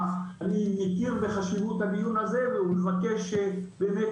אני מכיר בחשיבות הדיון הזה ומבקש שבאמת